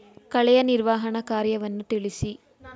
ಕಳೆಯ ನಿರ್ವಹಣಾ ಕಾರ್ಯವನ್ನು ತಿಳಿಸಿ?